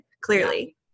clearly